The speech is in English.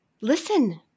listen